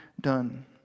done